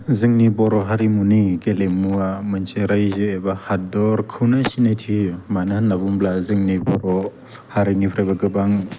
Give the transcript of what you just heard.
जोंनि बर' हारिमुनि गेलेमुवा मोनसे रायजो एबा हादरखौनो सिनायथि होयो मानो होन्ना बुङोब्ला जोंनि बर' हारिनिफ्रायबो गोबां